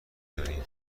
داری